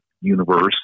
universe